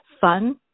fun